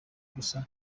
gusa